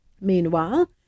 Meanwhile